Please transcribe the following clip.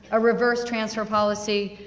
a reverse transfer policy,